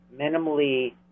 minimally